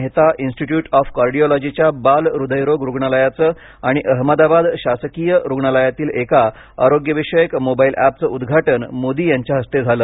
Mehta institute of कार्डियोलॉजीच्या बाल हृदयरोग रूग्णालयाचं आणि अहमदाबाद शासकीय रूग्णालयातील एका आरोग्यविषयक मोबाईल ऍपचं उद्घाटन मोदी यांच्या हस्ते झालं